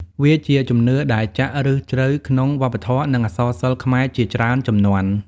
វាជាជំនឿដែលចាក់ឫសជ្រៅក្នុងវប្បធម៌ និងអក្សរសិល្ប៍ខ្មែរជាច្រើនជំនាន់។